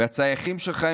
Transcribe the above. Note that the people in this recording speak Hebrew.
והצי"חים שלך,